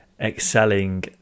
excelling